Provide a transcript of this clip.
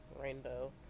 rainbow